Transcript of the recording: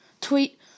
tweet